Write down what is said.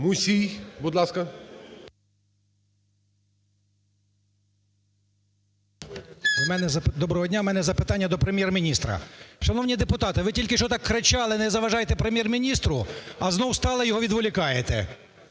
МУСІЙ О.С. Доброго дня! В мене запитання до Прем'єр-міністра. Шановні депутати, ви тільки що так кричали: "Не заважайте Прем'єр-міністру!". А знову стали і його відволікаєте.